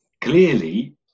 clearly